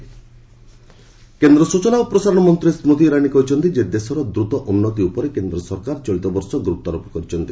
କଲକାତା ଇରାନୀ କେନ୍ଦ୍ର ସୂଚନା ଓ ପ୍ରସାରଣ ମନ୍ତ୍ରୀ ସ୍କତି ଇରାନୀ କହିଛନ୍ତି ଯେ ଦେଶର ଦ୍ରତ ଉନ୍ନତି ଉପରେ କେନ୍ଦ୍ର ସରକାର ଚଳିତବର୍ଷ ଗୁରୁତ୍ୱାରୋପ କରିଛନ୍ତି